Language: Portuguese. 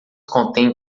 contêm